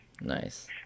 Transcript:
Nice